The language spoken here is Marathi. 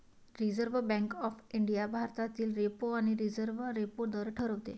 रिझर्व्ह बँक ऑफ इंडिया भारतातील रेपो आणि रिव्हर्स रेपो दर ठरवते